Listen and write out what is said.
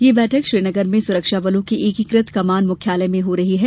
यह बैठक श्रीनगर में सुरक्षाबलों के एकीकृत कमान मुख्यालय में हो रही है